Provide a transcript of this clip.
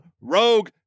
rogue